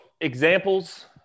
examples